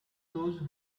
those